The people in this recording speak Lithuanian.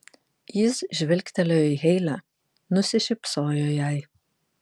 jis žvilgtelėjo į heile nusišypsojo jai